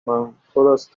من، پراز